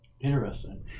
Interesting